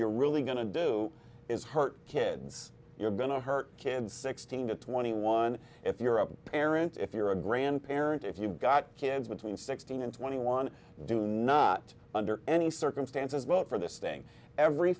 you're really going to do is hurt kids you're going to hurt kids sixteen to twenty one if you're a parent if you're a grandparent if you've got kids between sixteen and twenty one do not under any circumstances well for this thing every